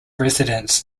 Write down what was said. residents